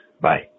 Bye